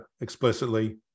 explicitly